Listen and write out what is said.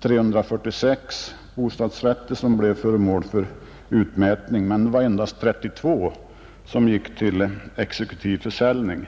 346 bostadsrätter som blev föremål för utmätning, men endast 32 av dem gick till exekutiv försäljning.